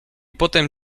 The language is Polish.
potem